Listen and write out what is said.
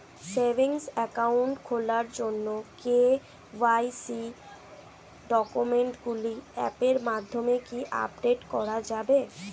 Savings account খোলার জন্য KYC ডকুমেন্টগুলো অ্যাপের মাধ্যমে কি আপডেট করা যাবে?